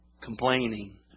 Complaining